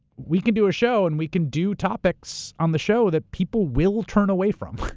we can do a show, and we can do topics on the show that people will turn away from.